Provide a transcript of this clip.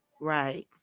right